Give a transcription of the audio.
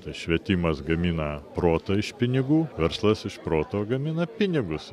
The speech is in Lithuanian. tai švietimas gamina protą iš pinigų verslas iš proto gamina pinigus